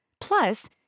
Plus